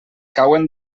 cauen